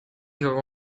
your